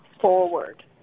forward